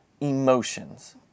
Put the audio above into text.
emotions